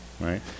Right